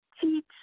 teach